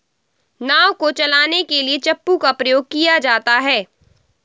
नाव को चलाने के लिए चप्पू का प्रयोग किया जाता है